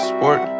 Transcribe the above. Sport